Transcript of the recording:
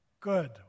Good